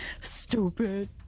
Stupid